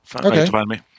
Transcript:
Okay